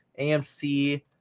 AMC